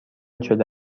شده